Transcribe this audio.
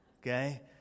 Okay